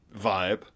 vibe